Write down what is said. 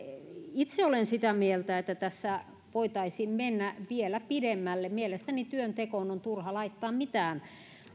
itse olen sitä mieltä että tässä voitaisiin mennä vielä pidemmälle mielestäni työntekoon on turha laittaa mitään